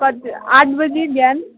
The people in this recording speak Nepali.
कति आठ बजी बिहान